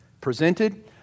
presented